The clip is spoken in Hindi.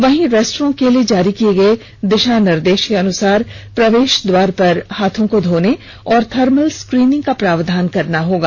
वहीं रेस्टोरेंट के लिए जारी किए गए दिशा निर्देश के अनुसार प्रवेश द्वार पर हाथों को धोने और थर्मल स्क्रीनिंग का प्रावधान करना होगा